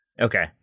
Okay